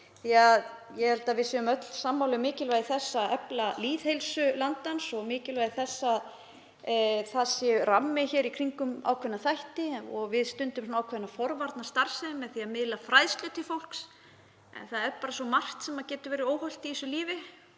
Ég held að við séum öll sammála um mikilvægi þess að efla lýðheilsu landans og mikilvægi þess að það sé rammi í kringum ákveðna þætti og við stundum ákveðna forvarnastarfsemi með því að miðla fræðslu til fólks. En það er bara svo margt sem getur verið óhollt í þessu lífi